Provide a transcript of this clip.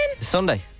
Sunday